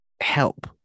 help